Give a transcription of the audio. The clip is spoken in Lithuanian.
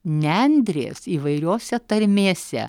nendrės įvairiose tarmėse